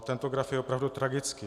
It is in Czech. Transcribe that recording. Tento graf je opravdu tragický.